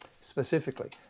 Specifically